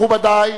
מכובדי,